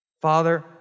Father